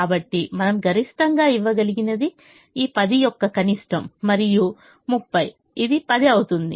కాబట్టి మనం గరిష్టంగా ఇవ్వగలిగినది ఈ 10 యొక్క కనిష్టం మరియు 30 ఇది 10 అవుతుంది